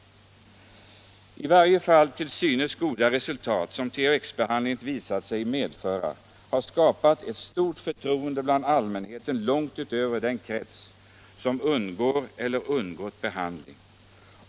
De i varje fall till synes goda resultat som THX-behandlingen visat sig medföra har skapat ett stort förtroende bland allmänheten långt utöver den krets som undergår eller har undergått behandling.